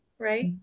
Right